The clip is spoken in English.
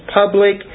public